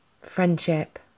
friendship